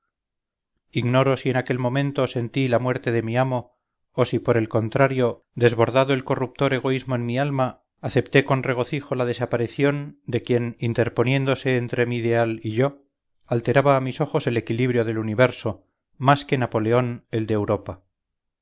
ignoro si en aquel momento sentí la muerte de mi amo o si por el contrario desbordado el corruptor egoísmo en mi alma acepté con regocijo la desaparición de quien interponiéndose entre mi ideal y yo alteraba a mis ojos el equilibrio del universo más que napoleón el de europa